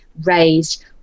raised